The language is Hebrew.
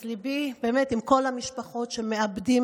אז ליבי עם כל המשפחות שמאבדות